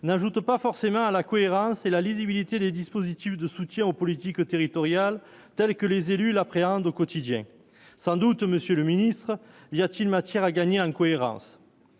n'ajoute pas forcément à la cohérence et la lisibilité des dispositifs de soutien aux politiques territoriales telles que les élus l'appréhende au quotidien, sans doute, monsieur le ministre, il y a-t-il matière à gagner incohérences